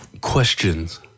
questions